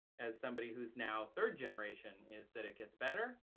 as somebody who's now third-generation, is that it gets better.